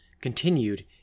continued